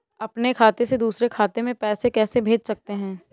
अपने खाते से दूसरे खाते में पैसे कैसे भेज सकते हैं?